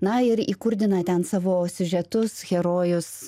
na ir įkurdina ten savo siužetus herojus